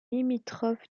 limitrophe